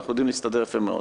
אנחנו יכולים להסתדר יפה מאוד.